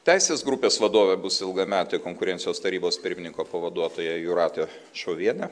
teisės grupės vadovė bus ilgametė konkurencijos tarybos pirmininko pavaduotoja jūratė šovienė